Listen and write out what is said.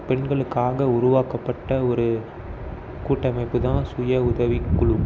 பெண்களுக்காக உருவாக்கப்பட்ட ஒரு கூட்டமைப்புதான் சுயஉதவிக்குழு